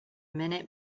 minute